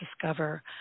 discover